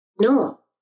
No